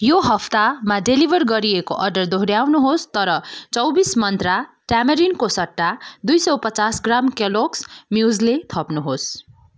यो हप्तामा डेलिभर गरिएको अर्डर दोहोऱ्याउनुहोस् तर चौबिस मन्त्रा टामारिन्डको सट्टा दुई सौ पचास ग्राम केलोग्स म्युज्ली थप्नुहोस्